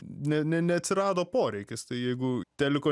ne ne neatsirado poreikis tai jeigu teliko